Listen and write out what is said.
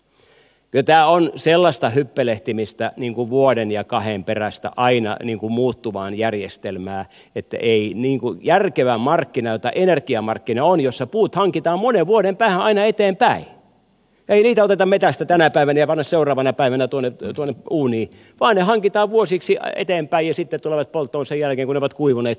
kyllä tämä on sellaista hyppelehtimistä vuoden ja kahden perästä aina muuttuvaan järjestelmään että ei järkevillä markkinoilla jollainen energiamarkkina on ja jossa puut hankitaan monen vuoden päähän aina eteenpäin oteta metsästä tänä päivänä ja panna seuraavana päivänä tuonne uuniin vaan ne hankitaan vuosiksi eteenpäin ja sitten tulevat polttoon sen jälkeen kun ne ovat kuivuneet ja niin poispäin